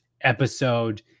episode